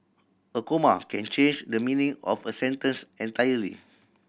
a comma can change the meaning of a sentence entirely